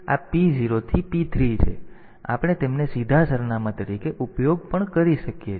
તેથી આપણે તેમને સીધા સરનામાં તરીકે ઉપયોગ કરી શકીએ છીએ